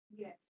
Yes